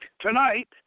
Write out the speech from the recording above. Tonight